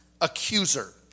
accuser